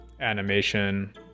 animation